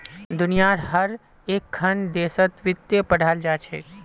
दुनियार हर एकखन देशत वित्त पढ़ाल जा छेक